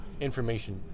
information